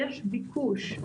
יש ביקוש,